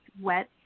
wet